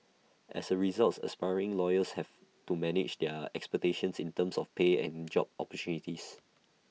as A result aspiring lawyers have to manage their expectations in terms of pay and job opportunities